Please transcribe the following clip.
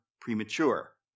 premature